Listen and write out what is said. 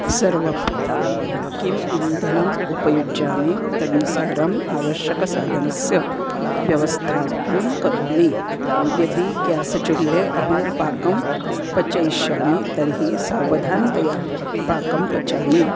सर्वप्रथमं किम् इन्धनम् उपयुज्ये तदनुसारम् आवश्यकसाधनस्य व्यवस्थापनं करोमि यदि ग्यास चुल्ले अहं पाकं पचिष्यामि तर्हि सावधानतया पाकं पचामि